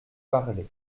parler